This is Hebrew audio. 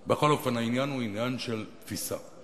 העניין הוא עניין של תפיסה.